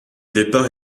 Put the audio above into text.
départ